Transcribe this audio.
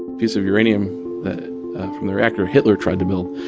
piece of uranium from the reactor hitler tried to build.